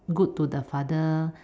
good to the father